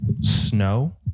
snow